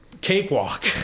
cakewalk